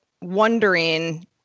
wondering